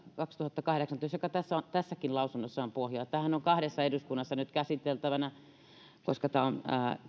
kaksituhattakahdeksantoista joka tässäkin lausunnossa on pohjana tämähän on kahdessa eduskunnassa nyt käsiteltävänä koska tämä on